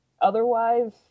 otherwise